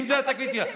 התפקיד שלי,